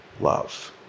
love